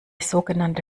sogenannte